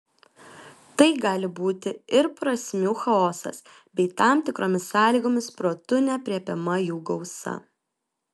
tai gali būti ir prasmių chaosas bei tam tikromis sąlygomis protu neaprėpiama jų gausa